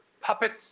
puppets